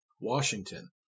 Washington